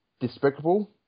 despicable